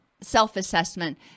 Self-assessment